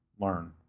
learn